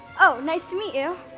oh, nice to meet you.